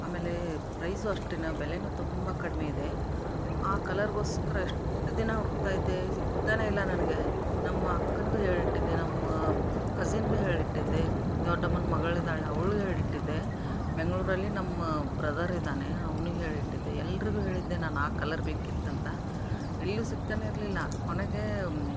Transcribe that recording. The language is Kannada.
ಆಮೇಲೆ ಪ್ರೈಸು ಅಷ್ಟೇನೆ ಬೆಲೆಯೂ ತುಂಬ ಕಡಿಮೆ ಇದೆ ಆ ಕಲರಿಗೋಸ್ಕರ ಎಷ್ಟು ದಿನ ಹುಡುಕ್ತಾಯಿದ್ದೆ ಸಿಗ್ತಾನೇ ಇಲ್ಲ ನನಗೆ ನಮ್ಮ ಅಕ್ಕನಿಗೂ ಹೇಳಿಟ್ಟಿದ್ದೆ ನಮ್ಮ ಕಸಿನ್ನಿಗೂ ಹೇಳಿಟ್ಟಿದ್ದೆ ದೊಡ್ದಮ್ಮನ ಮಗಳು ಇದ್ದಾಳೆ ಅವ್ಳಿಗೆ ಹೇಳಿಟ್ಟಿದ್ದೆ ಬೆಂಗಳೂರಲ್ಲಿ ನಮ್ಮ ಬ್ರದರ್ ಇದ್ದಾನೆ ಅವ್ನಿಗೆ ಹೇಳಿಟ್ಟಿದ್ದೆ ಎಲ್ಲರಿಗೂ ಹೇಳಿದ್ದೆ ನಾನು ಆ ಕಲರ್ ಬೇಕಿತ್ತು ಅಂತ ಎಲ್ಲೂ ಸಿಕ್ತಾನೆ ಇರಲಿಲ್ಲ ಕೊನೆಗೆ